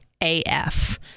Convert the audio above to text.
AF